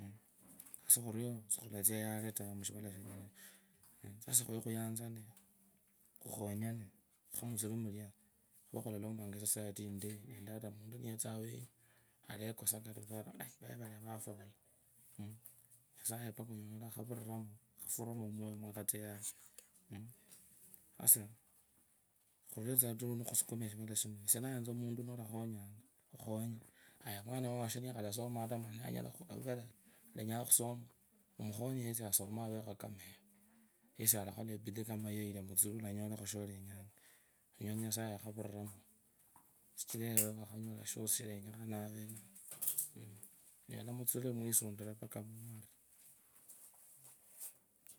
Sa urio sikhutatsia yare taa, mushivala shino sa- kakhaye khuyanzane, khukhonyane, khumutsuri mulia khuve khulalompanga esociety indai, ata omuntu niyetsa awenyu alekosa ari aaah ari vaya valia vafaula nyasaye nonyola yakhufuramo omuya mwakhatsa yare wene. Asaa khukore tsa tuu nikhusukhuma shivala shino, esie ndayanza omuntu nolakhonyanga taa munialenyanga khusoma omukhunye yesi avekho kama ewe yesi alakhora abidi kama ewe, alanyolakho shalenyanga, olanyola nyasaye yakhuvuriramu, sichire ewe, wakhanyola shosi shirunyakhananga dwenao awenao, onyola mutsuri mwisundire mpaka mumarire